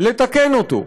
לתקן אותו.